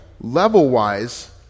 level-wise